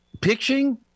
Pitching